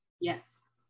Yes